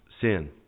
sin